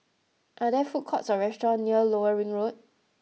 are there food courts or restaurants near Lower Ring Road